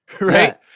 Right